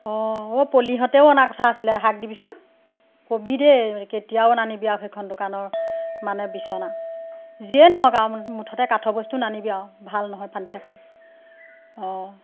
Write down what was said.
অ' ও পলিহঁতেও অনা কথা আছিলে হাক দিবিচোন কবি দেই কেতিয়াও নানিবি আৰু সেইখন দোকানৰ মানে বিচনা যিয়েই নহওক আৰু মুঠতে কাঠৰ বস্তু নানিবি আৰু ভাল নহয় ফাৰ্ণিচাৰখন অ'